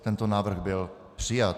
Tento návrh byl přijat.